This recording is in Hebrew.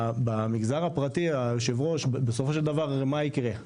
ובמגזר הפרטי, יושב הראש, בסופו של דבר מה יקרה?